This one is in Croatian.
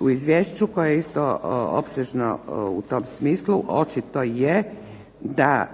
U Izvješću koje je isto opsežno u tom smislu, očito je da